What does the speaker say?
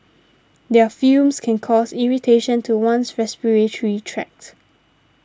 their fumes can cause irritation to one's respiratory tract